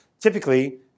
Typically